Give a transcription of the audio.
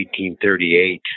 1838